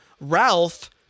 Ralph